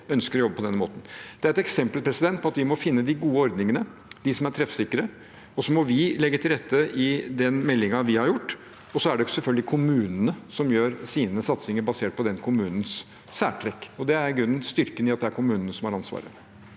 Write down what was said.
Det er et eksempel på at vi må finne de gode ordningene, de som er treffsikre, og så legge til rette i den meldingen vi har levert. Så gjør selvfølgelig kommunene sine satsinger basert på den enkelte kommunes særtrekk, og det er i grunnen styrken i at det er kommunene som har ansvaret.